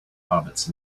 hobbits